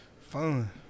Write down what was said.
fun